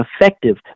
effective